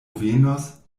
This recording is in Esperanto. venos